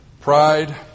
pride